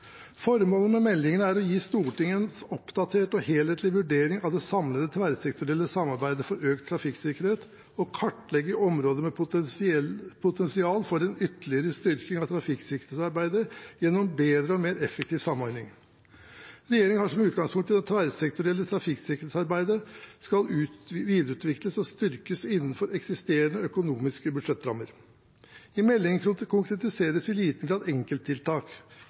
Formålet med meldingen er å gi Stortinget en oppdatert og helhetlig vurdering av det samlede tversektorielle samarbeidet for økt trafikksikkerhet og kartlegge områder med potensial for en ytterligere styrking av trafikksikkerhetsarbeidet gjennom bedre og mer effektiv samordning. Regjeringen har som utgangspunkt at det tverrsektorielle trafikksikkerhetsarbeidet skal videreutvikles og styrkes innenfor eksisterende økonomiske budsjettrammer. I meldingen konkretiseres i liten grad enkelttiltak